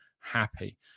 happy